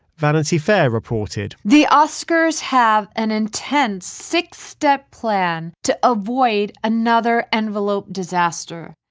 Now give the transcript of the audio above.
vanity fair reported the oscars have an intense six-step plan to avoid another envelope disaster.